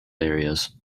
areas